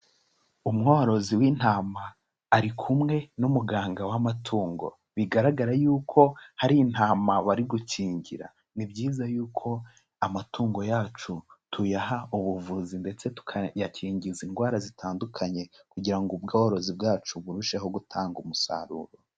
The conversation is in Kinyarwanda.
Umworozi w'intama ari kumwe n'umuganga w'amatungo bigaragara y'uko hari intama bari gukingira, ni byiza y'uko amatungo yacu tuyaha ubuvuzi ndetse tukayakingiza indwara zitandukanye kugira ngo ubworozi bwacu burusheho gutanga umusaruro.